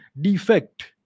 defect